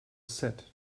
set